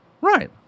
Right